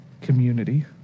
community